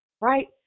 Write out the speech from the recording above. right